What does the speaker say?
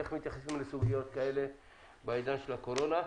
איך מתייחסים לסוגיות כאלה בעידן הקורונה.